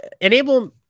enable